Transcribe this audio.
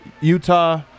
Utah